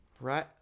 Right